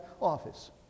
office